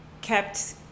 kept